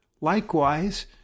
Likewise